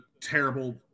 terrible